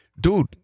dude